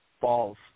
falls